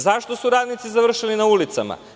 Zašto su radnici završili na ulicama?